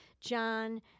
john